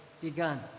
begun